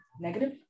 negative